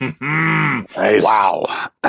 Wow